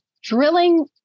drilling